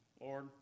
Lord